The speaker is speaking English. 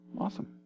Awesome